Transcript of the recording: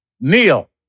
Neil